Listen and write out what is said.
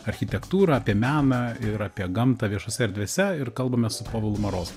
architektūrą apie meną ir apie gamtą viešose erdvėse ir kalbamės su povilu marozu